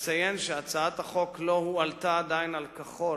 אציין שהצעת החוק לא הועלתה עדיין על כחול,